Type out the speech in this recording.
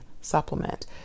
supplement